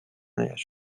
میباشد